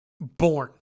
born